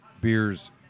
beers